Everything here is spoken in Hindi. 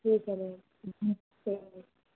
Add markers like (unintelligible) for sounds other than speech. ठीक है मैम (unintelligible) ठीक है